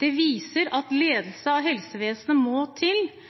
Det viser at ledelse av helsevesenet må til,